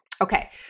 okay